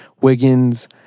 Wiggins